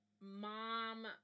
mom